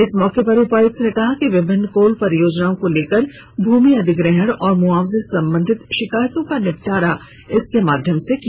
इस मौके पर उपायुक्त ने कहा कि विभिन्न कोल परियोजनाओं को लेकर भूमि अधिग्रहण एवं मुआवजे से संबंधित शिकायतों का निपटारा इसके माध्यम से किया जायेगा